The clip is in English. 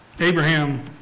Abraham